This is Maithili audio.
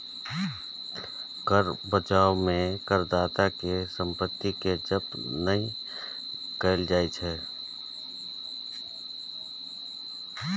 कर बचाव मे करदाता केर संपत्ति कें जब्त नहि कैल जाइ छै